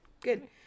good